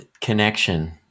connection